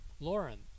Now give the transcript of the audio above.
Lauren